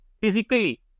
physically